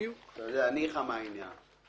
אני אגיד לך מה העניין.